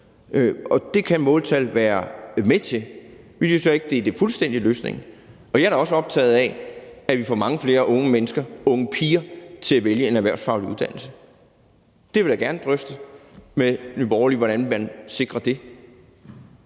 Og det kan måltal være med til. Vi synes så ikke, det fuldstændig er løsningen. Jeg er da også optaget af, at vi får mange flere unge mennesker, unge piger til at vælge en erhvervsfaglig uddannelse. Det vil jeg gerne drøfte med Nye Borgerlige hvordan man sikrer.